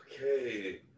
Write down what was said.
okay